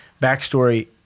backstory